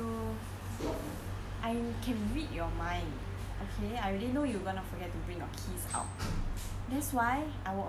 I can read your mind okay I already know you going to forget to bring your keys out that's why I walk a little bit slower